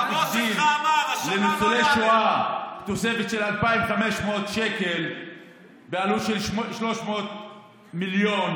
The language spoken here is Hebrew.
מי שהגדיל לניצולי שואה תוספת של 2,500 שקל בעלות של 300 מיליון,